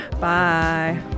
Bye